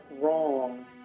wrong